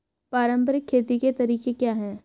पारंपरिक खेती के तरीके क्या हैं?